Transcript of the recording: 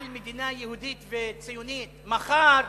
על מדינה יהודית וציונית, מחר,